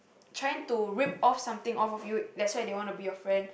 trying to rip off something off of you that's why they wanna be your friend